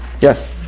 Yes